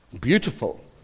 beautiful